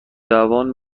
زبان